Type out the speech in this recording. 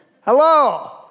Hello